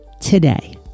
today